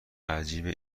عجیبه